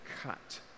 cut